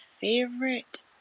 favorite